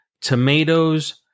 tomatoes